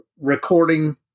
recording